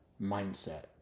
Mindset